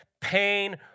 pain